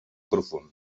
profund